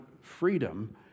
freedom